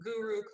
Guru